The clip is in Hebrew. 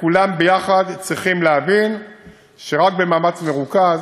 וכולם ביחד צריכים להבין שרק במאמץ מרוכז